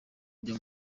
byo